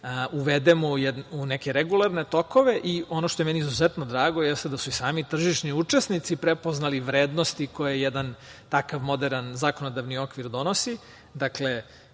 uvedemo u neke regularne tokove. Ono što je meni izuzetno drago, jeste da su i sami tržišni učesnici prepoznali vrednosti koje jedan takav moderan zakonodavni okvir donosi.